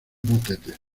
motetes